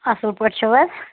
اَصٕل پٲٹھۍ چھُو حظ